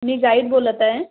मी guide बोलत आहे